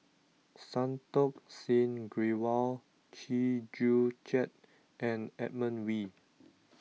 Santokh Singh Grewal Chew Joo Chiat and Edmund Wee